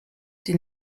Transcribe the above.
die